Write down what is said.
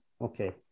Okay